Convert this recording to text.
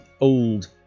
old